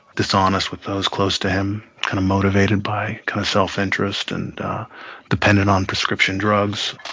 dishonest with those close to him, kind of motivated by kind of self-interest and dependent on prescription drugs.